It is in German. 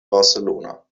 barcelona